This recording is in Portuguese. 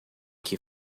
que